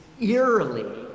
eerily